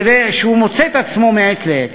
כפי שהוא מוצא את עצמו מעת לעת,